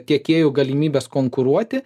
tiekėjų galimybes konkuruoti